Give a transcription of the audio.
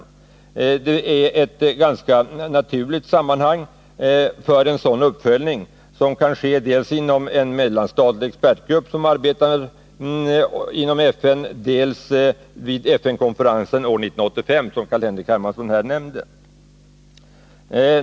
Det är ett ganska naturligt sammanhang för en sådan uppföljning, som kan göras dels inom en mellanstatlig expertgrupp som arbetar inom FN, dels vid FN-konferensen år 1985, som Carl-Henrik Hermansson här nämnde.